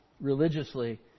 religiously